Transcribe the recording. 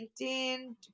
LinkedIn